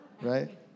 Right